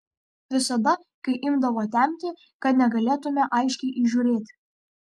visada kai imdavo temti kad negalėtumei aiškiai įžiūrėti